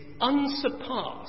unsurpassed